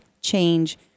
change